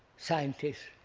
scientist,